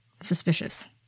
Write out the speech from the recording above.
suspicious